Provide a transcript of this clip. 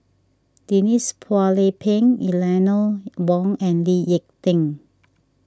Denise Phua Lay Peng Eleanor Wong and Lee Ek Tieng